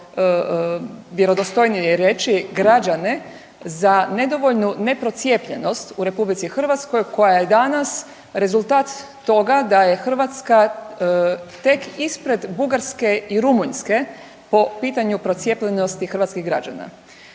bilo vjerodostojnije reći, građane za nedovoljnu neprocijepljenost u RH koja je danas rezultat toga da je Hrvatska tek ispred Bugarske i Rumunjske po pitanju procijepljenosti hrvatskih građana.